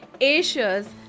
Asia's